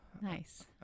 Nice